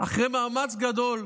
אחרי מאמץ גדול.